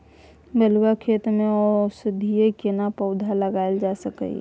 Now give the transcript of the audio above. बलुआ खेत में औषधीय केना पौधा लगायल जा सकै ये?